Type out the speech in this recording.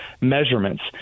measurements